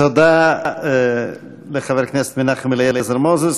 תודה לחבר הכנסת מנחם אליעזר מוזס.